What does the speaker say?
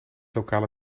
lokale